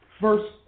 verse